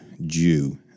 Jew